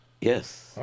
Yes